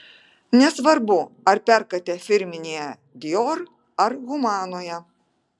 nesvarbu ar perkate firminėje dior ar humanoje